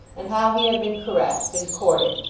and how he had been caressed and courted,